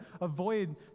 avoid